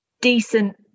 decent